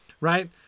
right